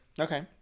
okay